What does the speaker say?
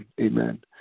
amen